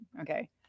okay